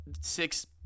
six